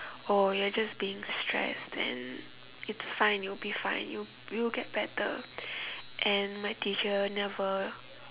oh you are just being stressed and it's fine you will be fine you you will get better and my teacher never